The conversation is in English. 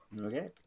Okay